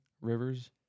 rivers